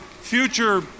future